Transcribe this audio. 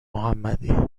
محمدی